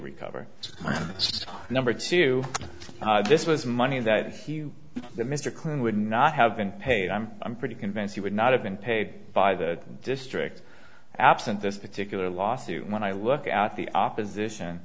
just number two this was money that he that mr kling would not have been paid i'm i'm pretty convinced he would not have been paid by the district absent this particular lawsuit when i look at the opposition